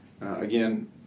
Again